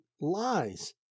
lies